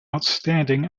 outstanding